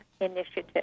initiative